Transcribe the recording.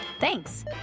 Thanks